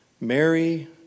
Mary